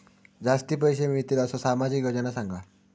जास्ती पैशे मिळतील असो सामाजिक योजना सांगा?